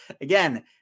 again